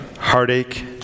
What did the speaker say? heartache